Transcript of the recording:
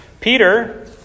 Peter